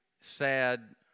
sad